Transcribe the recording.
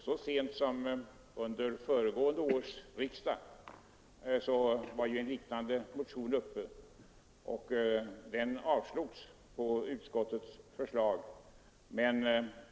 Så sent som under föregående års riksdag var en liknande motion uppe, och den avslogs på utskottets förslag.